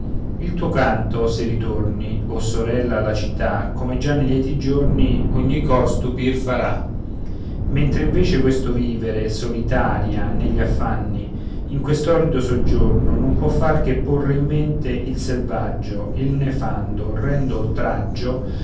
il tuo canto se ritorni o sorella alla città come già nei lieti giorni ogni cor stupir farà mentre invece questo vivere solitaria negli affanni in quest'orrido soggiorno non può far che porre in mente il selvaggio il nefando orrendo oltraggio